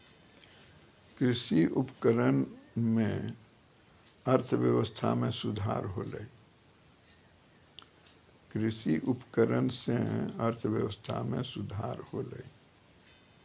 कृषि उपकरण सें अर्थव्यवस्था में सुधार होलय